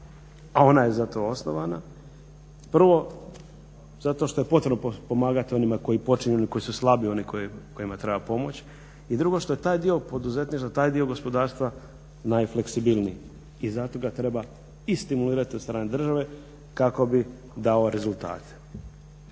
a ona je za to osnovana. Prvo, zato što je potrebno pomagati onima koji počinju ili koji su slabi oni kojima treba pomoći i drugo, što je taj dio poduzetništva taj dio gospodarstva najfleksibilniji i zato ga treba i stimulirati od strane države kako bi dao rezultate.